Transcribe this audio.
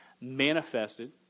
manifested